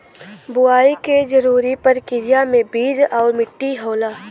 बुवाई के जरूरी परकिरिया में बीज आउर मट्टी होला